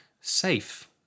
Safe